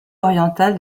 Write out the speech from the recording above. orientale